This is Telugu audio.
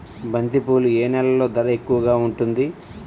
బంతిపూలు ఏ నెలలో ధర ఎక్కువగా ఉంటుంది?